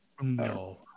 No